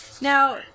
Now